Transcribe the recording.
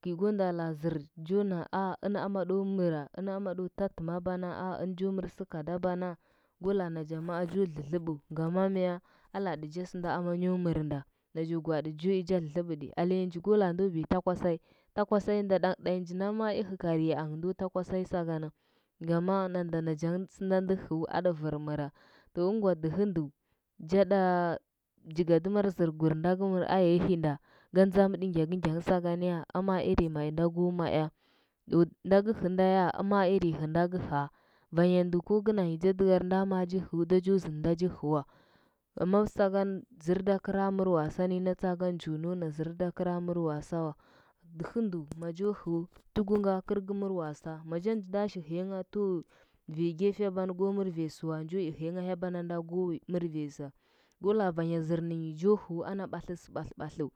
ngɚ gɚ nda taa zɚr jo na a- ɚn amaɗo mɚra, ɚn amaɗo tatɚm bana ɚn cho mɚr sɚnda kada bana, go laa nachangh maa jo dlɚdlɚbɚnyi. Gama mya alaticha sɚnda amanyo mɚr nda najo gwaaɗi jo ja dlɚdlɚbɗi alenya nji go laa ndo gi ta kwasai ta kwasain da ɗangh nji nda ma i hɚ ka a lenyi jangɚ ndo ta kwasai sakana ngama nanda nachangɚ sɚnda ndɚ hɚu mɚbir mɚraɚngwa dɚhɚ ndu jaɗa jigadɚmar zɚrgur nda gɚ mɚr a yahinda ga ndzamɗɚ ngyakɚngyangyangh sagan ya, ama iri mai nda go ma ea nda gɚ nda ya ama irin hɚ nda gɚ hea vayandu ko kɚ nar nyi cha dɚkari nda ama cha hɚu da jo zɚnda ji hɚ wa amma sakan zɚr da gɚra mɚr wasa ni na tsaaka njo nau na zɚrda kɚra mɚr wasa wa dɚhɚ ndu majo hea tukunga kur ga mɚr wasa macha shil hɚyangha to vai gefe bana go mɚr vanya sɚwa njo yi hɚyangh hya bananda go mɚr vanya sa go haa vanya zɚr ninyi jo hɚu ana batt sɚ batlbatlu.